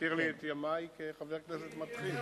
מזכיר לי את ימי כחבר כנסת מתחיל.